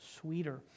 sweeter